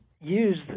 use